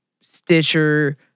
Stitcher